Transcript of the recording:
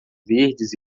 verdes